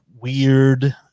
weird